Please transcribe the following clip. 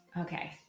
Okay